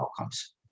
outcomes